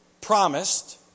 promised